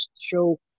show